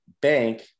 bank